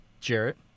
Jarrett